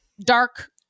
dark